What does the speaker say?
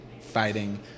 fighting